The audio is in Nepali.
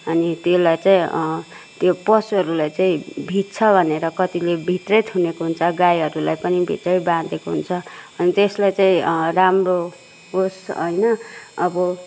अनि त्यसलाई चाहिँ त्यो पशुहरूलाई चाहिँ भिज्छ भनेर कतिले भित्रै थुनेको हुन्छ गाईहरूलाई पनि भित्रै बाँधेको हुन्छ अनि त्यसलाई चाहिँ राम्रो होस् होइन अब